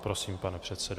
Prosím, pane předsedo.